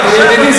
ידידי,